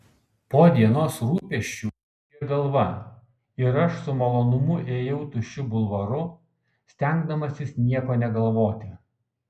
po dienos rūpesčių ūžė galva ir aš su malonumu ėjau tuščiu bulvaru stengdamasis nieko negalvoti